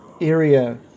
area